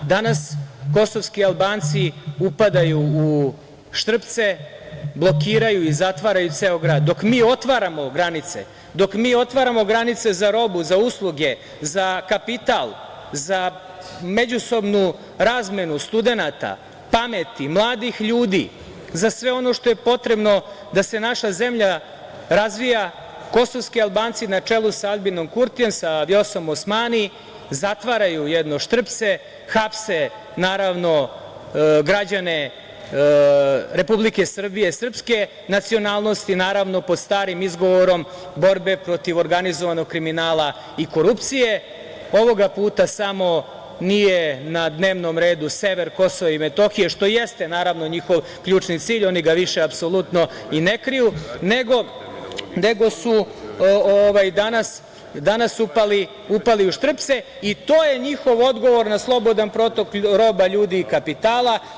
Danas kosovski Albanci upadaju u Štrpce, blokiraju i zatvaraju ceo grad, dok mi otvaramo granice, dok mi otvaramo granice za robu, za usluge, za kapital, za međusobnu razmenu studenata, pameti, mladih ljudi, za sve ono što je potrebno da se naša zemlja razvija, kosovski Albanci na čelu sa Aljbinom Kurtijem, sa Vjosom Osmani, zatvaraju jedno Štrpce, hapse građane Republike Srbije srpske nacionalnosti, naravno pod starim izgovorom borbe protiv organizovanog kriminala i korupcije, ovog puta samo nije na dnevnom redu sever Kosova i Metohije, što jeste, naravno njihov ključni cilj, oni ga apsolutno i ne kriju, nego su danas upali u Šrtpce i to je njihov odgovor na slobodan protok roba ljudi i kapitala.